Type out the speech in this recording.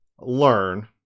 learn